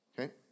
okay